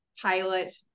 pilot